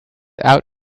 out